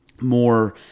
more